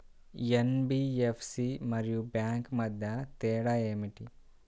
NBFC మరియు bank మధ్య తేడా ఏమిటీ?